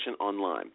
online